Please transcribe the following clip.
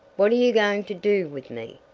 what are you going to do with me?